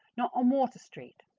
not on water street.